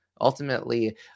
ultimately